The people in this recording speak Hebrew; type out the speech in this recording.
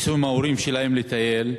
ייסעו עם ההורים שלהם לטייל,